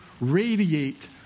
radiate